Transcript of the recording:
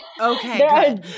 Okay